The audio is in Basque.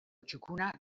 txukuna